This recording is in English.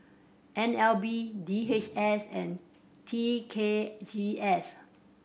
N L B D H S and T K G S